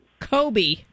Kobe